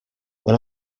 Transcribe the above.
when